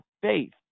faith